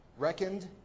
reckoned